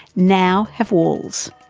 now have walls.